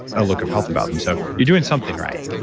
a look of health about them. so, you're doing something right.